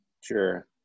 Sure